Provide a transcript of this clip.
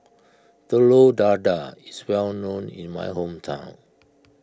Telur Dadah is well known in my hometown